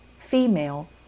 Female